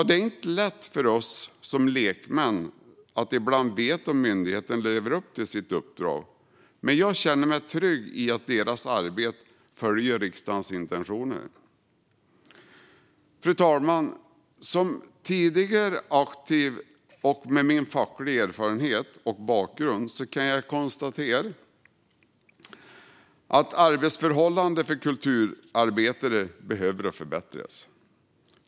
Det är ibland inte lätt för oss som lekmän att veta om myndigheten lever upp till sitt uppdrag, men jag känner mig trygg i att dess arbete följer riksdagens intentioner. Fru talman! Som tidigare aktiv - och med min fackliga erfarenhet och bakgrund - kan jag konstatera att arbetsförhållandena för kulturarbetare behöver förbättras.